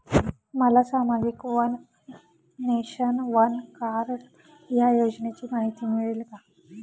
मला सामाजिक one nation, one card या योजनेची माहिती मिळेल का?